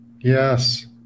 Yes